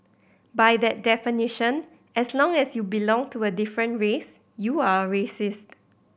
by that definition as long as you belong to a different race you are a racist